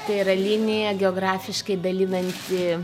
tai yra linija geografiškai dalinanti